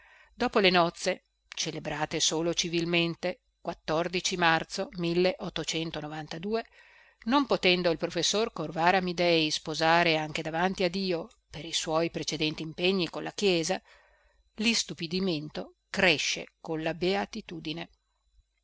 dopo le nozze celebrate solo civilmente non potendo il professor corvara amidei sposare anche davanti a dio per i suoi precedenti impegni con la chiesa listupidimento cresce con la beatitudine